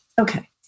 Okay